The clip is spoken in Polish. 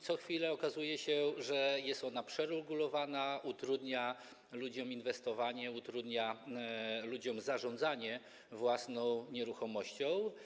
Co chwilę okazuje się, że jest ona przeregulowana, utrudnia ludziom inwestowanie, utrudnia ludziom zarządzanie własną nieruchomością.